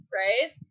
right